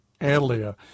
earlier